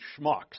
schmucks